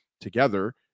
together